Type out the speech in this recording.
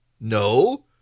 No